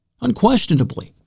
Unquestionably